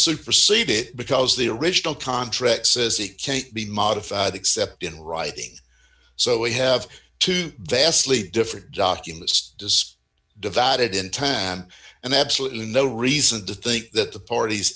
supersede it because the original contract says it can't be modified except in writing so we have two vastly different documents just divide it in ten and absolutely no reason to think that the parties